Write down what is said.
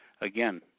again